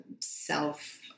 self